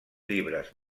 llibres